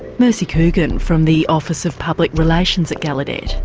mercy coogan, from the office of public relations at gallaudet.